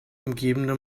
umgebende